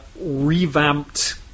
revamped